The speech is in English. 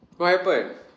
what happened